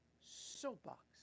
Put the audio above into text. Soapbox